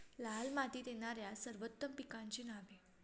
लाल मातीत येणाऱ्या सर्वोत्तम पिकांची नावे?